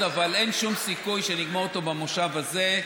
אין שום סיכוי שנגמור אותו במושב הזה,